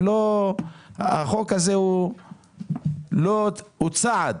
החוק הזה הוא צעד,